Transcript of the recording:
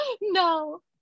no